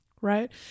right